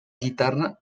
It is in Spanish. guitarra